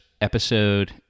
episode